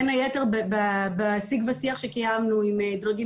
בין היתר בשיג ושיח שדיברנו עם דרגים